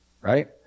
Right